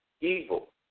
evil